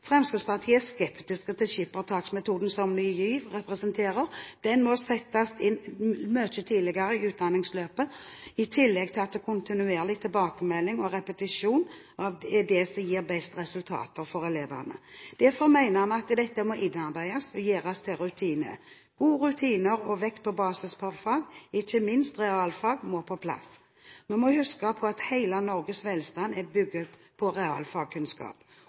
Fremskrittspartiet er skeptisk til skippertaksmetoden som Ny GIV representerer. Den må settes inn mye tidligere i utdanningsløpet, i tillegg til at kontinuerlig tilbakemelding og repetisjon er det som gir best resultater for elevene. Derfor mener vi at dette må innarbeides og gjøres til rutine. Gode rutiner og vekt på basisfag, ikke minst realfag, må på plass. Vi må huske på at hele Norges velstand er bygget på